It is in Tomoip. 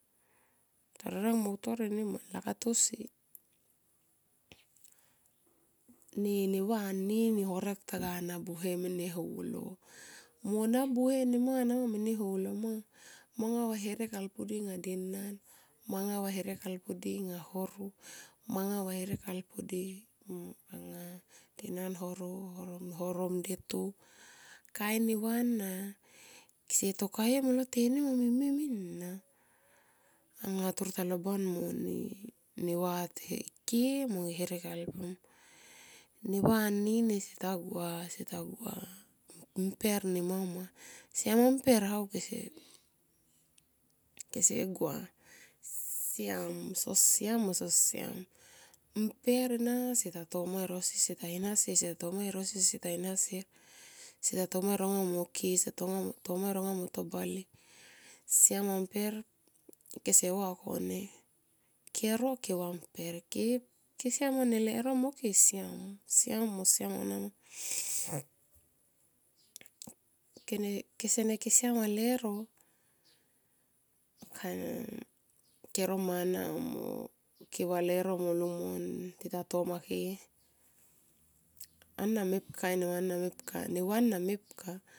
Tarireng mo utor enima nlakap tosi. Ne ne va nini horek ta ga na buhe mene holo, mo na buhe nanama mene holo manga va herek kalpudi anga denan manga va herekkalpudi nga holo manga va herek alpudi denan horomdetu. Kain neva ana. Kese to kae molo tenim mo mimem min ena anga toro ta loban mone neva te ke mo herekalpum. Neva ni seta gua mper nemama siam mam mper how kese, kese gua siam so siam mo so siam mper ena seta tomae e rosi seta in hasier seta tomae erosi seta in hasier seta tomae e ronga mo ki i seta tomae e ronga mo to bale. Siam ma mper pe kese va kone, kero ke va mper. Kesiama leuro mo ke siam, siam mo siam aunia nama. Kesene kesiam lero kiana kero mana anga mo keva lero mo lungnon mo ti tona ke ana mepka kain neva na mepka neva na mepka.